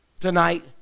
tonight